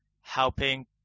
helping